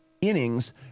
innings